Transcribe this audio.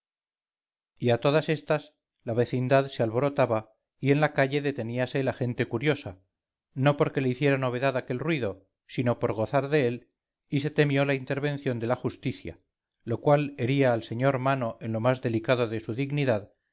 a todas estas la vecindad se alborotaba y en la calle deteníase la gente curiosa no porque le hiciera novedad aquel ruido sino por gozar de él y se temió la intervención de la justicia lo cual hería al sr mano en lo más delicado de su dignidad